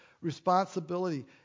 Responsibility